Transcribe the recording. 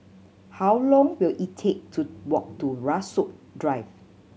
how long will it take to walk to Rasok Drive